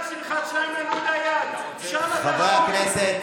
חברי הכנסת,